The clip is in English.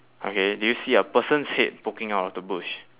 okay do you see a person's head poking out of the bush